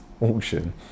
auction